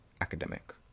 academic